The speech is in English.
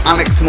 Alex